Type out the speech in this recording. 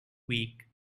weak